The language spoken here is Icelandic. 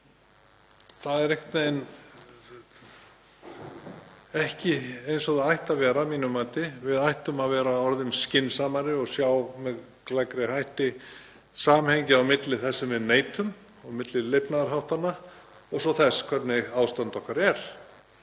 veginn ekki eins og það ætti að vera að mínu mati. Við ættum að vera orðin skynsamari og sjá með gleggri hætti samhengið á milli þess sem við neytum, milli lifnaðarháttanna og þess hvernig ástand okkar er.